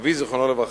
אבי זיכרונו לברכה,